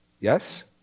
Yes